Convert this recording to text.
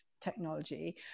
technology